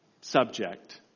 subject